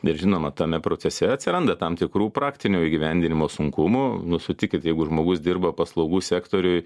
ir žinoma tame procese atsiranda tam tikrų praktinio įgyvendinimo sunkumų nu sutikit jeigu žmogus dirba paslaugų sektoriuj